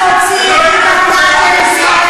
הכנסת פורר.